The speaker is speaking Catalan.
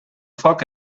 foc